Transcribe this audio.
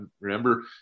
remember